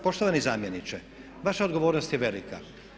Poštovani zamjeniče vaša odgovornost je velika.